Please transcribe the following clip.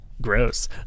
gross